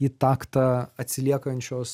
į taktą atsiliekančios